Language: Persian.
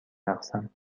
رقصم